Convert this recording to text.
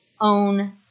own